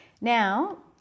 Now